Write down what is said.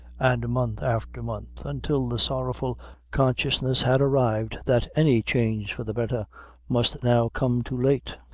and month after month, until the sorrowful consciousness had arrived that any change for the better must now come too late,